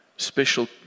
Special